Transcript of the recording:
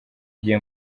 gihe